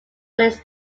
its